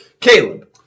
Caleb